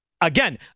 Again